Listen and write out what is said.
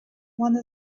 one